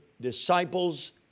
disciples